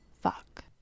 fuck